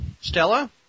Stella